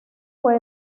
fue